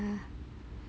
ya